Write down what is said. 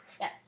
Yes